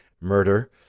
murder